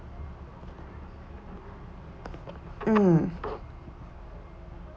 mm